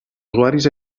usuaris